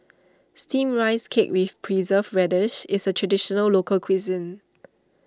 Steamed Rice Cake with Preserved Radish is a Traditional Local Cuisine